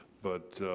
but